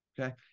Okay